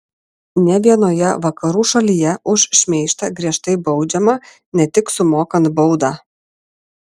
ne vienoje vakarų šalyje už šmeižtą griežtai baudžiama ne tik sumokant baudą